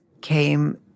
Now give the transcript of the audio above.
came